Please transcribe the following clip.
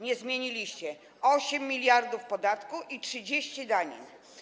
Nie zmieniliście... 8 mld podatku i 30 danin.